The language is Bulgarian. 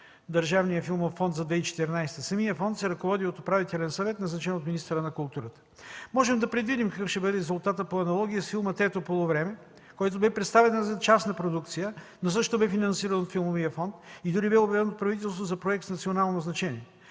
Държавния филмов фонд за 2014 г. Самият фонд се ръководи от управителен съвет, назначен от министъра на културата. Можем да предвидим какъв ще бъде резултата по аналогия с филма „Трето полувреме”, който бе представен за частна продукция, но също бе финансиран от филмовия фонд и дори беше обявен от правителството за „проект с национално значение”.